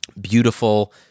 beautiful